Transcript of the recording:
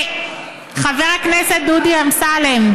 חבר הכנסת דודי אמסלם.